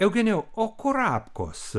eugenijau o kurapkos